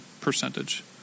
percentage